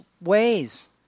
ways